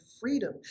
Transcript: freedom